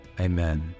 Amen